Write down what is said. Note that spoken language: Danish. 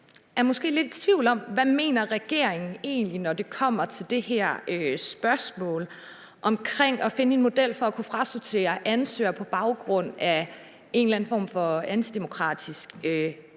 jeg er måske lidt i tvivl om, hvad regeringen egentlig mener, når det kommer til det her spørgsmål om at finde en model for at kunne frasortere ansøgere på baggrund af en eller anden form for antidemokratisk adfærd.